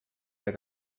der